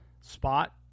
spot